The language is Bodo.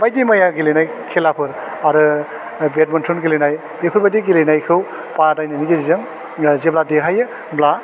बायदि मैया गेलेनाय खेलाफोर आरो बेटमेन्टन गेलेनाय बेफोर बायदि गेलेनायखौ बादायनायनि गेजेरजों जेब्ला देरहायो होनब्ला